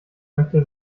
möchte